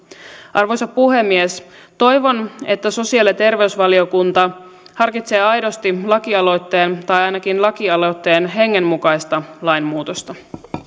arvoisa puhemies toivon että sosiaali ja terveysvaliokunta harkitsee aidosti lakialoitteen tai ainakin lakialoitteen hengen mukaista lainmuutosta